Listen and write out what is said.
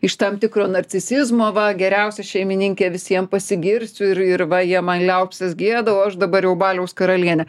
iš tam tikro narcisizmo va geriausia šeimininkė visiem pasigirsiu ir ir va jie man liaupses gieda o aš dabar jau baliaus karalienė